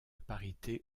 parité